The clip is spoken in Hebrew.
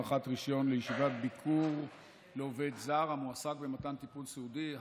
הארכת רישיון לישיבת ביקור לעובד זר המועסק במתן טיפול סיעודי),